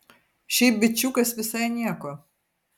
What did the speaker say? šiaip bičiukas visai nieko